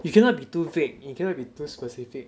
you cannot be too vague and you cannot be too specific